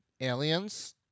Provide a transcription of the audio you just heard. aliens